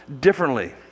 differently